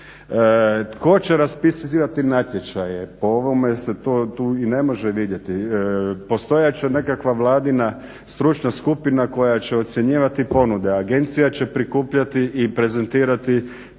Tko će raspisivati natječaje? Po ovome se to tu i ne može vidjeti. Postojat će nekakva vladina stručna skupina koja će ocjenjivati ponude. Agencija će prikupljati i prezentirati podloge,